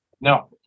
no